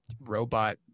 robot